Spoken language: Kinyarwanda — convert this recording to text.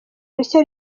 rishya